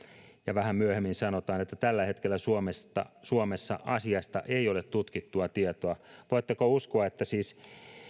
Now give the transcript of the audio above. vähän myöhemmin sanotaan tällä hetkellä suomessa asiasta ei ole tutkittua tietoa voitteko uskoa että